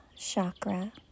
chakra